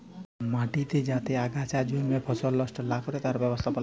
মাটিতে যাতে আগাছা জল্মে ফসল লস্ট লা ক্যরে তার ব্যবস্থাপালা